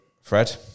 Fred